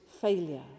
failure